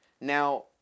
now